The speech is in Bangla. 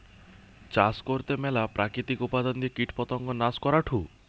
চাষ করতে ম্যালা প্রাকৃতিক উপাদান দিয়ে কীটপতঙ্গ নাশ করাঢু